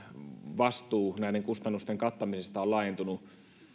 vastuu näiden kustannusten kattamisesta on laajentunut